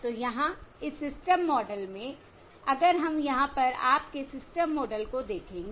तो यहाँ इस सिस्टम मॉडल में अगर हम यहाँ पर आपके सिस्टम मॉडल को देखेंगे